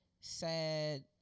sad